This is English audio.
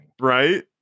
Right